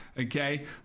okay